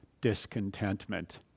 discontentment